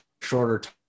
shorter